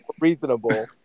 reasonable